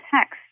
text